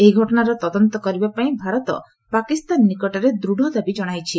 ଏହି ଘଟଣାର ତଦନ୍ତ କରିବାପାଇ ଭାରତ ପାକିସ୍ତାନ ନିକଟରେ ଦୃଢ଼ ଦାବି ଜଣାଇଛି